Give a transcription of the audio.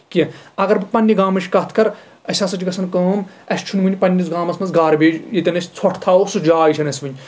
کیٚنٛہہ اَگر بہٕ پَنٕنہِ گامٕچ کَتھ کَر اَسہِ ہسا چھِ گژھان کٲم اَسہِ چھُ نہٕ وُنہِ پَنٕنِس گامَس منٛز گاربیج ییٚتٮ۪ن أسۍ ژوٚٹھ تھاوو سُہ جاے چھےٚ نہٕ اَسہِ وُنہِ